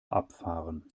abfahren